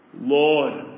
Lord